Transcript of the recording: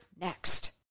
next